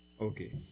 Okay